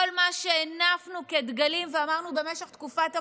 כל מה שהנפנו כדגלים ואמרנו במשך תקופת הקורונה,